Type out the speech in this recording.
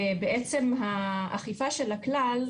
ובעצם האכיפה של הכלל,